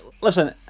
Listen